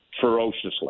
ferociously